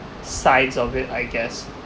sides of it I guess